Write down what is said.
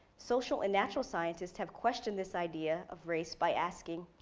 social and natural scientists have questioned this idea of race by asking,